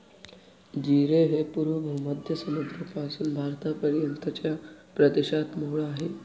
जीरे हे पूर्व भूमध्य समुद्रापासून भारतापर्यंतच्या प्रदेशात मूळ आहे